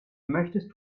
möchtest